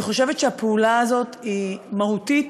אני חושבת שהפעולה הזאת היא מהותית